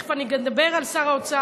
ותכף אני אדבר גם על שר האוצר,